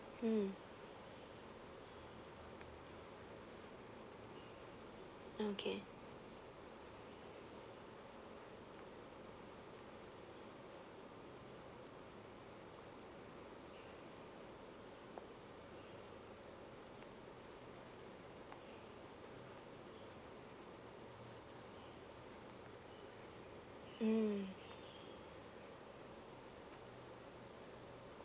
mm okay mm